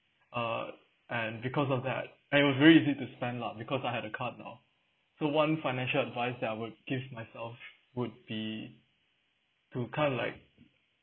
uh and because of that and it was very easy to spend lah because I had a card now so one financial advice that I would give myself would be to kind of like